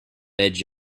did